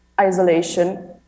isolation